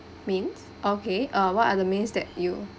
mints okay uh what are the mints that you